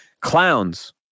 clowns